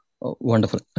Wonderful